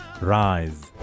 rise